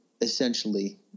essentially